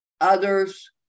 others